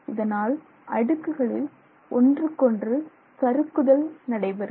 இதனால் அடுக்குகளில் ஒன்றுக்கொன்று சறுக்குதல் நடைபெறும்